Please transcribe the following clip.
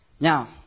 Now